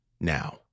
now